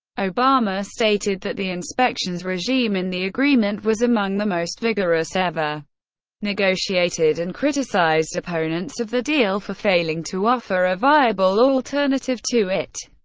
obama stated that the inspections regime in the agreement was among the most vigorous ever negotiated, and criticized opponents of the deal for failing to offer a viable alternative to it.